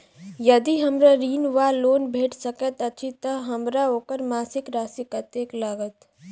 यदि हमरा ऋण वा लोन भेट सकैत अछि तऽ हमरा ओकर मासिक राशि कत्तेक लागत?